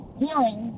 hearing